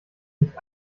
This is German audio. nicht